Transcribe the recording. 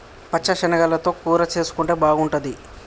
పచ్చ శనగలతో కూర చేసుంటే బాగుంటది